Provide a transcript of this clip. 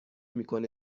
میکنه